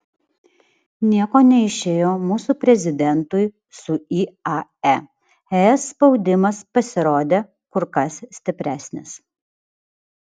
nieko neišėjo mūsų prezidentui su iae es spaudimas pasirodė kur kas stipresnis